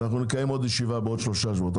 אנחנו נקיים ישיבה נוספת עוד שלושה שבועות.